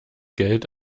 geld